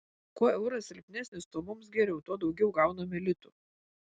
kuo euras silpnesnis tuo mums geriau tuo daugiau gauname litų